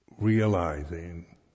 realizing